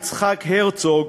יצחק הרצוג,